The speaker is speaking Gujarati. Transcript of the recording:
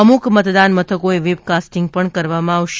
અમુક મતદાન મથકોએ વેબકાસ્ટીંગ પણ કરવામાં આવશે